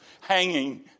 hanging